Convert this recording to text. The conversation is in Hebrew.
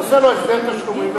עושה לו הסדר תשלומים, נכון.